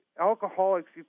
Alcoholics